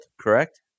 correct